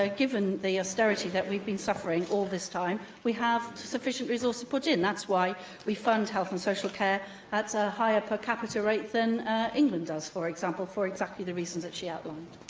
ah given the austerity that we've been suffering all this time, we have sufficient resource to put in. that's why we fund health and social care at a higher per capita rate than england does, for example, for exactly the reasons that she outlined.